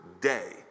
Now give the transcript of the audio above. day